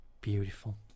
Beautiful